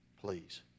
please